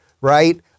right